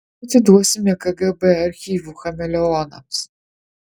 neatiduosime kgb archyvų chameleonams